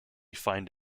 find